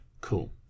cool